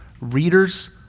Readers